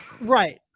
Right